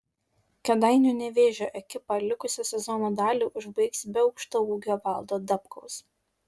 kėdainių nevėžio ekipa likusią sezono dalį užbaigs be aukštaūgio valdo dabkaus